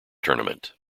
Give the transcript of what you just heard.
tournament